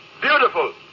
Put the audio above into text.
beautiful